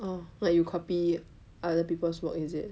orh like you copy other people's work is it